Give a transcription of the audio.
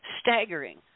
staggering